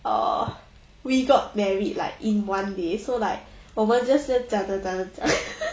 err we got married like in one day so like 我们 just 讲讲讲讲讲